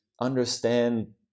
understand